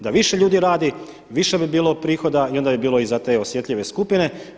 Da više ljudi radi, više bi bilo prihoda i onda bi bilo i za te osjetljive skupine.